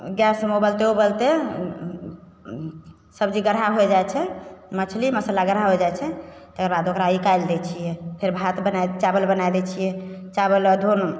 गैसमे उबलते उबलते सब्जी गाढ़ा होइ जाइ छै मछली मसल्ला गाढ़ा हो जाइ छै तकर बाद ओकरा निकालि दै छियै फेर भात बनाय चावल बनाय दै छियै चावल अदहन